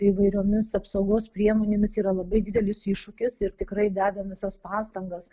įvairiomis apsaugos priemonėmis yra labai didelis iššūkis ir tikrai dedam visas pastangas